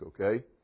okay